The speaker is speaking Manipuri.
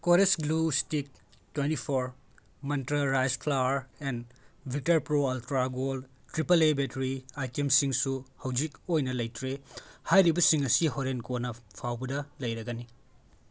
Kores glue stick twenty four Mantra rice flour and Victor pro ultra gold triple A battery ꯑꯥꯏꯇꯦꯝꯁꯤꯡꯁꯨ ꯍꯧꯖꯤꯛ ꯑꯣꯏꯅ ꯂꯩꯇ꯭ꯔꯦ ꯍꯥꯏꯔꯤꯕꯁꯤꯡ ꯑꯁꯤ ꯍꯣꯔꯦꯟ ꯀꯣꯟꯅ ꯐꯥꯎꯕꯗ ꯂꯩꯔꯒꯅꯤ